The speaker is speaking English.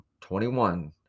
21